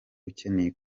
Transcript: ukeneye